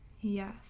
Yes